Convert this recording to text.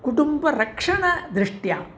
कुटुम्बरक्षणदृष्ट्या